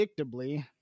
predictably